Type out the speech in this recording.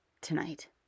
tonight